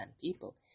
people